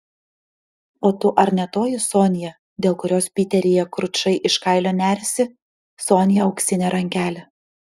o tu ar ne toji sonia dėl kurios piteryje kručai iš kailio neriasi sonia auksinė rankelė